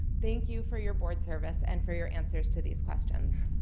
thank you for your board service, and for your answers to these questions.